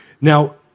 Now